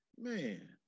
Man